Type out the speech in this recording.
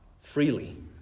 freely